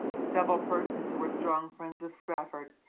several persons who were strong friends of strafford,